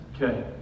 Okay